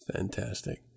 Fantastic